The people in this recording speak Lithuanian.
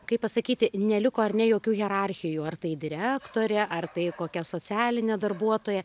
kaip pasakyti neliko ar ne jokių hierarchijų ar tai direktorė ar tai kokia socialinė darbuotoja